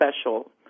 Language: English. special